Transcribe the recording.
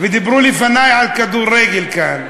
ודיברו לפני על כדורגל כאן,